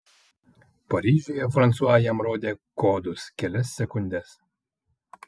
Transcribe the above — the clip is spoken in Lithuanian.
paryžiuje fransua jam rodė kodus kelias sekundes